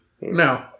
No